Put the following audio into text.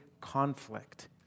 conflict